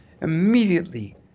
immediately